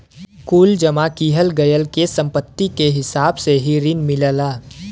कुल जमा किहल गयल के सम्पत्ति के हिसाब से ही रिन मिलला